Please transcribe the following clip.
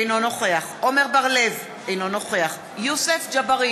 אינו נוכח עמר בר-לב, אינו נוכח יוסף ג'בארין,